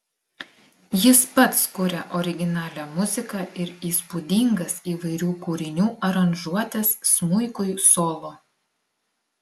jis pats kuria originalią muziką ir įspūdingas įvairių kūrinių aranžuotes smuikui solo